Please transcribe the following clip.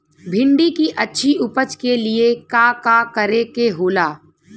भिंडी की अच्छी उपज के लिए का का करे के होला?